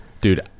dude